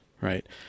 right